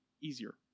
easier